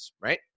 right